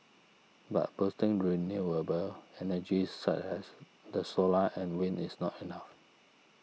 but boosting renewable energy such as the solar and wind is not enough